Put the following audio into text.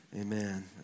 amen